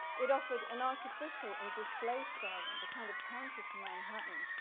it offered an artificial and displaced island to kind of counter to manhattan,